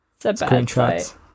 screenshots